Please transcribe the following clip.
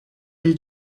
del